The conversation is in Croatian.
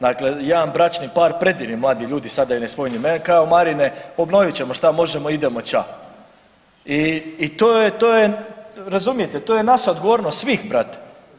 Dakle, jedan bračni par predivni mladi ljudi sada da ih ne spominjem, kao Marine obnovit ćemo što možemo i idemo ća i to je, razumijete to je naša odgovornost svih brate.